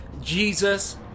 Jesus